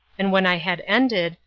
and when i had ended,